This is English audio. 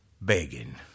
begging